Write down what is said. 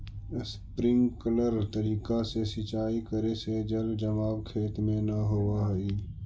sprinkler तरीका से सिंचाई करे से जल जमाव खेत में न होवऽ हइ